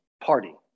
party